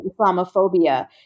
Islamophobia